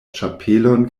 ĉapelon